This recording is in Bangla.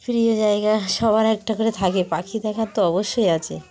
প্রিয় জায়গা সবার একটা করে থাকে পাখি দেখার তো অবশ্যই আছে